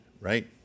right